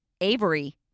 Avery